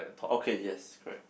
okay yes correct